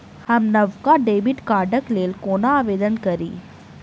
हम नवका डेबिट कार्डक लेल कोना आवेदन करी?